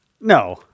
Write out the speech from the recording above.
No